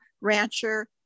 Rancher